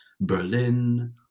Berlin